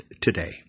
today